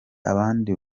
abandi